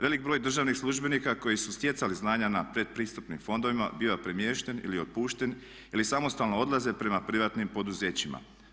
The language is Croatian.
Velik broj državnih službenika koji su stjecali znanja na pretpristupnim fondovima biva premješten ili otpušten ili samostalno odlaze prema privatnim poduzećima.